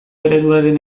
ereduaren